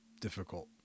difficult